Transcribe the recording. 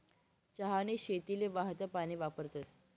चहानी शेतीले वाहतं पानी वापरतस